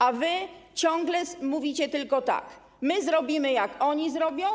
A wy ciągle mówicie tylko tak: My zrobimy, jak oni zrobią.